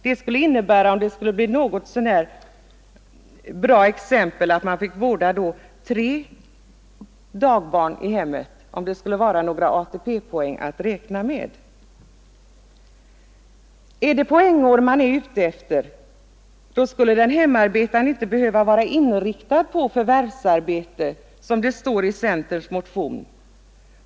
Det skulle innebära, om det skulle bli ett något så när bra exempel, att man fick vårda tre dagbarn i hemmet, om det skulle bli några ATP-poäng att räkna med. Är det poängår man är ute efter? Då skulle den hemmavarande inte behöva vara inriktad på förvärvsarbete som det står i centerns motion.